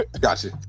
Gotcha